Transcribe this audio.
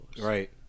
right